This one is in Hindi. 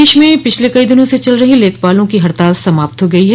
प्रदेश में पिछले कई दिनों से चल रही लेखपालों की हड़ताल समाप्त हो गई है